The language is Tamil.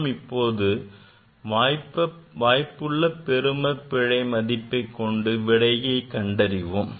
நாம் இப்போது வாய்ப்புள்ள பெரும பிழை மதிப்பைக் கொண்டு விடையை கண்டறிவோம்